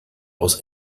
aus